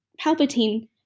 Palpatine